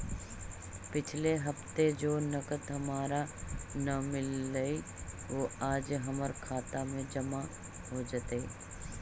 पिछले हफ्ते जो नकद हमारा न मिललइ वो आज हमर खता में जमा हो जतई